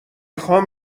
خوام